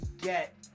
get